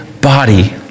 body